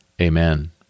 Amen